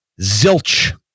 zilch